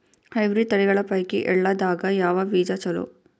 Hybrid ತಳಿಗಳ ಪೈಕಿ ಎಳ್ಳ ದಾಗ ಯಾವ ಬೀಜ ಚಲೋ?